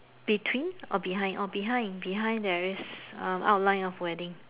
between or behind orh behind behind there is outline of wedding